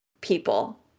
People